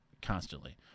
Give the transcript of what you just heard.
constantly